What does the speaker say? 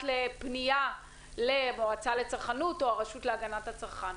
לפנייה למועצה לצרכנות או לרשות להגנת הצרכן?